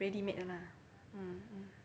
ready made [one] lah mmhmm